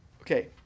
okay